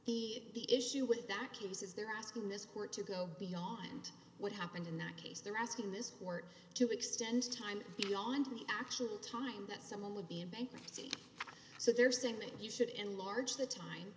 bank the issue with that case is they're asking this court to go beyond what happened in that case they're asking this court to extend time beyond the actual time that someone would be in bankruptcy so they're saying that you should enlarge the time